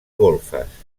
golfes